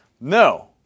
No